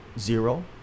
zero